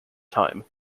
time